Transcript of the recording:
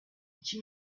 i̇ki